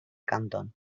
canton